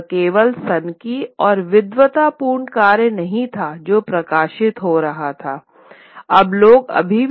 यह केवल सनकी और विद्वतापूर्ण कार्य नहीं था जो प्रकाशित हो रहे थे